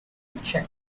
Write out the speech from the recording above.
check